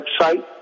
website